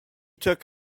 took